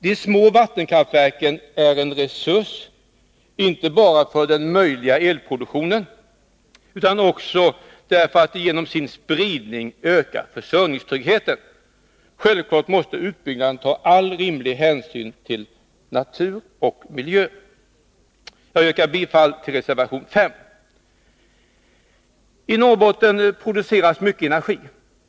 De små vattenkraftverken är en resurs, inte bara för den möjliga elproduktionen, utan också för att de genom sin spridning ökar försörjningstryggheten. Självklart måste en utbyggnad ta all rimlig hänsyn till natur och miljö. Jag yrkar bifall till reservation 5. I Norrbotten produceras mycket energi.